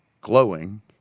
glowing